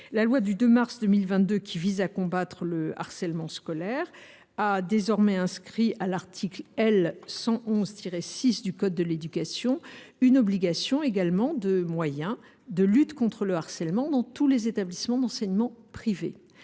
La loi du 2 mars 2022, qui vise à combattre le harcèlement scolaire, a désormais inscrit à l’article L. 111 6 du code de l’éducation une obligation de moyens de lutte contre le harcèlement dans tous les établissements d’enseignement privé